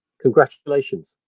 Congratulations